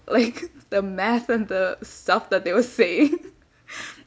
like the math and the stuff that they were saying